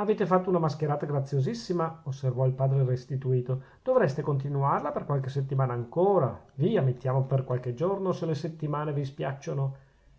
avete fatto una mascherata graziosissima osservò il padre restituto dovreste continuarla per qualche settimana ancora via mettiamo per qualche giorno se le settimane vi spiacciono